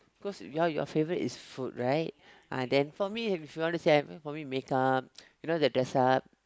cause ya your favorite is food right ah then for me if you wanna say for me make up you know the dress up